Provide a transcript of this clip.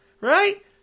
right